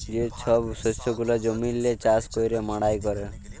যে ছব শস্য গুলা জমিল্লে চাষ ক্যইরে মাড়াই ক্যরে